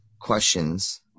questions